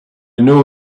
know